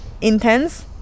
intense